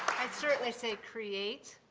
certainly say create,